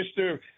Mr